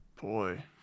Boy